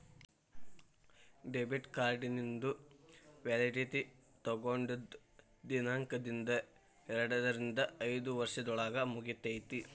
debit ಕಾರ್ಡಿಂದು validity ತೊಗೊಂಡದ್ ದಿನಾಂಕ್ದಿಂದ ಎರಡರಿಂದ ಐದ್ ವರ್ಷದೊಳಗ ಮುಗಿತೈತಿ